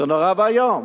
זה נורא ואיום.